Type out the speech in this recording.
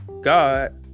God